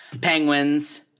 Penguins